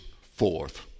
fourth